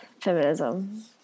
feminism